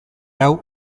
hau